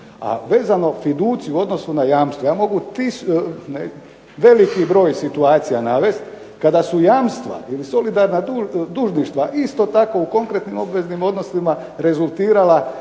A vezano fiducije u odnosu na jamstvo ja mogu veliki broj situacija navesti kada su jamstva ili solidarna dužništva isto tako u konkretnim obveznim odnosima rezultirala